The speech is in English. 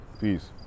Peace